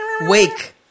Wake